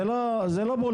זה כבר לא פוליטיקה.